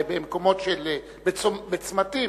בצמתים,